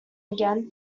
again